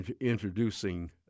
introducing